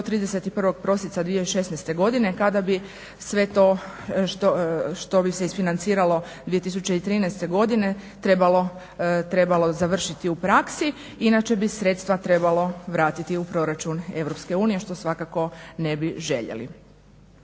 31. prosinca 2016. godine kada bi sve to što bi se isfinanciralo 2013. godine trebalo završiti u praksi inače bi sredstva trebalo vratiti u proračun Europske unije što svakako ne bi željeli.